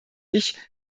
ich